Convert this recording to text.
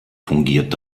fungiert